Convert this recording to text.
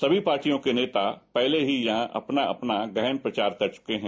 सभी पार्टियों के नेता पहले ही अपना गहन प्रचार कर चुके हैं